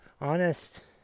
honest